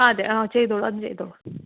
ആ അതെ ചെയ്തോളു അത് ചെയ്തോളു